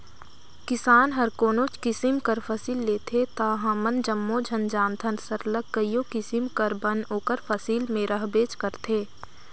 किसान हर कोनोच किसिम कर फसिल लेथे ता हमन जम्मो झन जानथन सरलग कइयो किसिम कर बन ओकर फसिल में रहबेच करथे